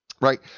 right